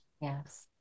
Yes